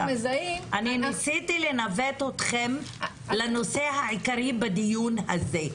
ניסיתי לנווט אתכם לנושא העיקרי בדיון הזה.